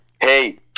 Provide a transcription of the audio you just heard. hey